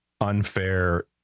unfair